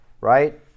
right